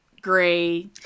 gray